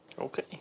Okay